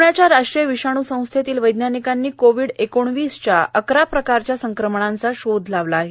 प्ण्याच्या राष्ट्रीय विषाणू संस्थेतल्या वैज्ञानिकांनी कोविड एकोणावीसच्या अकरा प्रकारच्या संक्रमणांचा शोध लावला आहे